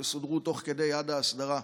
יסודרו תוך כדי עד ההסדרה.